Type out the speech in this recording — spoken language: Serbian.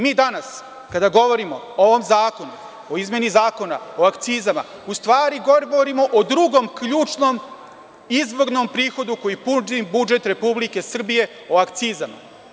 Mi danas, kada govorimo o ovom Zakonu, o izmeni Zakona o akcizama, u stvari govorimo o drugom ključnom izvornom prihodu koji puni budžet Republike Srbije, o akcizama.